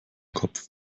kopf